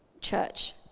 church